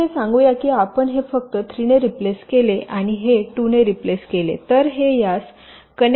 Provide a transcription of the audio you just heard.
येथे हे सांगूया की आपण हे फक्त 3 ने रिप्लेस केले आणि हे 2 ने रिप्लेस केले तर हे यास कनेक्ट केले जाईल